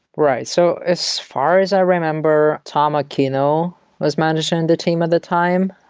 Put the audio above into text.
right. so as far as i remember, tom occhino was managing the team at the time,